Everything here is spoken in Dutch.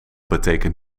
betekent